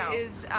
is